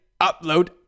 upload